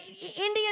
Indian